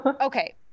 Okay